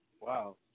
Wow